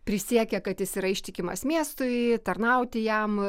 prisiekia kad jis yra ištikimas miestui tarnauti jam